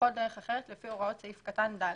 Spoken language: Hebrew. ובכל דרך אחרת לפי הוראות סעיף קטן (ד).